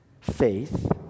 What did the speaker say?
faith